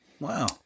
Wow